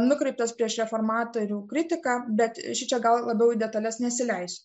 nukreiptas prieš reformatorių kritiką bet šičia gal labiau į detales nesileisiu